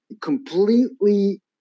completely